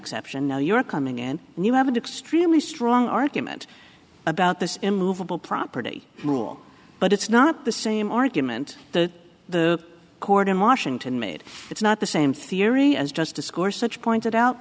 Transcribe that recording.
option now you're coming in and you have an extremely strong argument about this immovable property rule but it's not the same argument that the court in washington made it's not the same theory as just discourse such pointed out